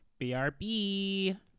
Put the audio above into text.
brb